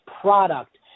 product